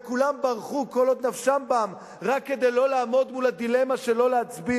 וכולם ברחו כל עוד נפשם בם רק כדי לא לעמוד מול הדילמה של לא להצביע.